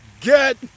get